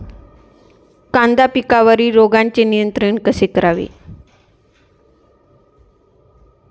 कांदा पिकावरील रोगांचे नियंत्रण कसे करावे?